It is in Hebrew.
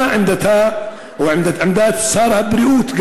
מה עמדת שר הבריאות,